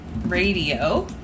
radio